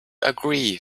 agree